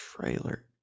trailer